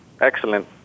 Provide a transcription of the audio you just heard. excellent